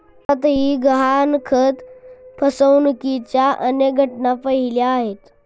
भारतातही गहाणखत फसवणुकीच्या अनेक घटना पाहिल्या आहेत